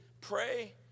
pray